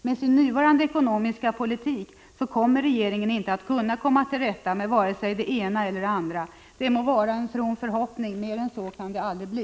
Med sin nuvarande ekonomiska politik kan inte regeringen komma till rätta med vare sig det ena eller det andra. Det må vara en from förhoppning, mer än så kan det aldrig bli.